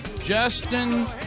Justin